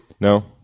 No